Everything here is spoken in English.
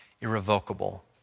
irrevocable